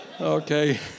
Okay